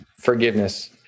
Forgiveness